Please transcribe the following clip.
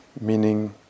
meaning